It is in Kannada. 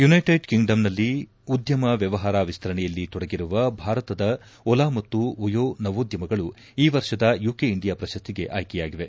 ಯುನೈಟೆಡ್ ಕಿಂಗ್ಡಂನಲ್ಲಿ ಉದ್ಯಮ ವ್ಯವಹಾರ ವಿಸ್ತರಣೆಯಲ್ಲಿ ತೊಡಗಿರುವ ಭಾರತದ ಓಲಾ ಮತ್ತು ಓಯೊ ನವೋದ್ಯಮಗಳು ಈ ವರ್ಷದ ಯುಕೆ ಇಂಡಿಯಾ ಪ್ರಶಸ್ತಿಗೆ ಆಯ್ಕೆಯಾಗಿವೆ